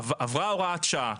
עברה הוראת שעה,